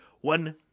one